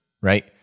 right